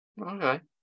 Okay